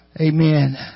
Amen